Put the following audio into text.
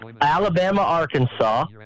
Alabama-Arkansas